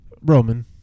Roman